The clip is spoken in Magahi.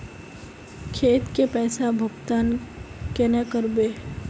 खेत के पैसा भुगतान केना करबे?